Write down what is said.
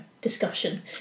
discussion